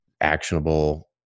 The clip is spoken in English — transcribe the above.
actionable